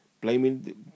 blaming